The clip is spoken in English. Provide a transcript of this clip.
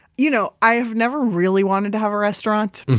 you know i've never really wanted to have a restaurant.